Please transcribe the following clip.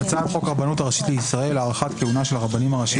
"הצעת חוק הרבנות הראשית לישראל (הארכת כהונה של הרבנים הראשיים